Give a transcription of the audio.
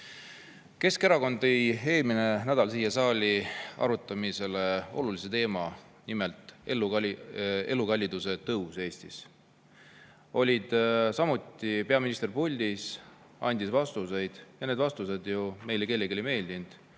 Keskerakond tõi eelmisel nädalal siia saali arutamisele olulise teema, see on nimelt elukalliduse tõus Eestis. Puldis oli samuti peaminister, andis vastuseid ja need vastused meile kellelegi ei meeldinud,